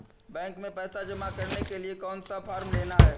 Bank में पैसा जमा करने के लिए कौन सा फॉर्म लेना है?